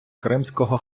кримського